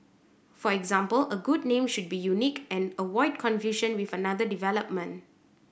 for example a good name should be unique and avoid confusion with another development